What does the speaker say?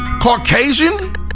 Caucasian